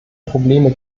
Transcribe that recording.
probleme